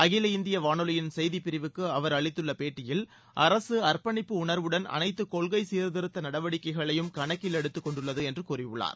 அகில இந்திய வானொலியின் செய்திப் பிரிவுக்கு அவர் அளித்துள்ள பேட்டியில் அரசு அர்ப்பணிப்பு உணர்வுடன் அனைத்து கொள்கை சீர்திருத்த நடவடிக்கைகளையும் கணக்கிலெடுத்துக் கொண்டுள்ளது என்று கூறியுள்ளார்